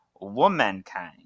womankind